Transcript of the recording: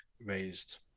raised